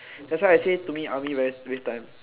that's why actually to me army very waste time